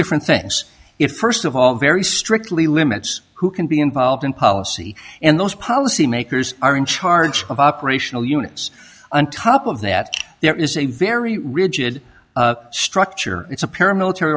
different things if first of all very strictly limits who can be involved in policy and those policy makers are in charge of operational units on top of that there is a very rigid structure it's a paramilitary